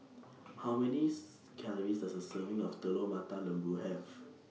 How Many Calories Does A Serving of Telur Mata Lembu Have